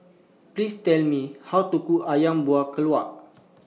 Please Tell Me How to Cook Ayam Buah Keluak